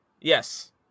Yes